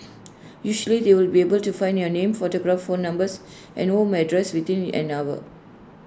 usually they would be able to find your name photograph phone numbers and home address within an hour